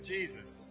Jesus